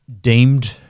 deemed